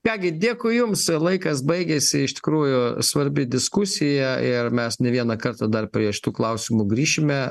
ką gi dėkui jums laikas baigėsi iš tikrųjų svarbi diskusija ir mes ne vieną kartą dar prie šitų klausimų grįšime